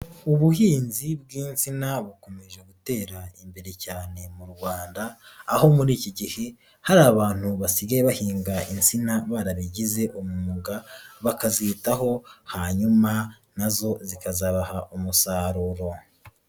Ubuhinzi bw'insina bukomeje gutera imbere cyane mu Rwanda, aho muri iki gihe hari abantu basigaye bahinga insina barabigize umwuga, bakazitaho hanyuma na zo zikazabaha umusaruro.